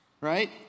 right